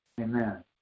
Amen